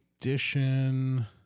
edition